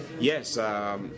Yes